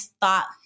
thought